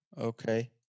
Okay